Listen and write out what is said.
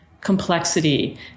complexity